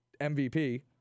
MVP